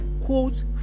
quote